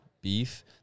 beef